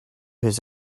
his